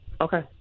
Okay